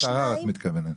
ועדת ערר את מתכוונת.